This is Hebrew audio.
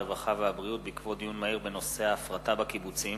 הרווחה והבריאות בעקבות דיון מהיר בנושא: ההפרטה בקיבוצים